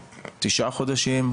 תשעה חודשים,